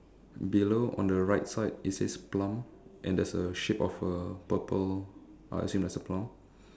below on the right side it says plum and there's a shape of a purple uh as in there's a plum